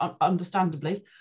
understandably